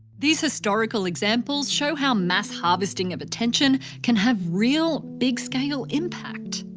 these historical examples show how mass harvesting of attention can have real, big scale impact.